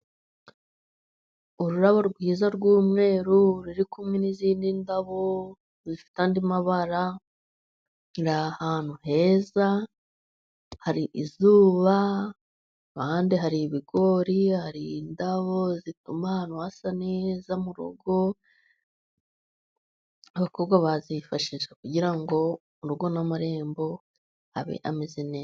Ururabo rwiza rw'umweru ruri kumwe n'izindi ndabo, zifite andi mabara ahantu heza hari izuba ahandi hari ibigori, hariho indabo zituma ahantu hasa neza, mu rugo abakobwa bazifashisha kugira ngo urugo n'amarembo bibe bimeze neza.